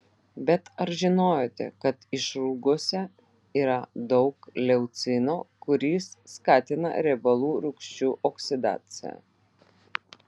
bet ar žinojote kad išrūgose yra daug leucino kuris skatina riebalų rūgščių oksidaciją